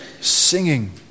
Singing